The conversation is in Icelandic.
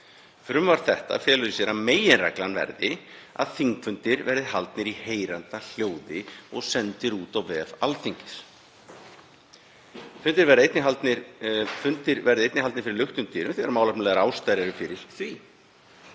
Frumvarp þetta felur í sér að meginreglan verði að þingfundir verði haldnir í heyranda hljóði og sendir út á vef. Fundir verði einungis haldnir fyrir luktum dyrum þegar málefnalegar ástæður eru fyrir því.